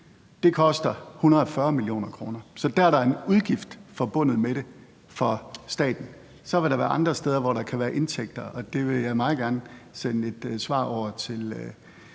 Det koster 140 mio. kr. Så dér er der en udgift forbundet med det for staten. Så vil der være andre steder, hvor der kan være indtægter, og det vil jeg meget gerne sende et svar over til